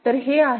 तर हे आहे